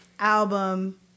album